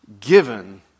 given